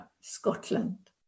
Scotland